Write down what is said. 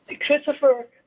Christopher